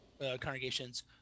congregations